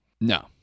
No